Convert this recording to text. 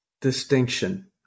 distinction